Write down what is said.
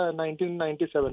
1997